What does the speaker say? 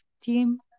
team